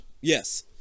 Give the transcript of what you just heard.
yes